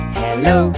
hello